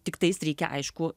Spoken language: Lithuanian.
tiktais reikia aišku